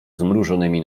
zmrużonymi